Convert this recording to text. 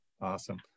Awesome